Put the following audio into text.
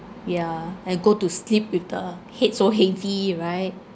yeah and go to sleep with the head so heavy right